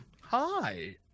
Hi